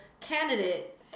candidate